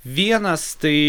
vienas tai